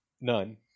None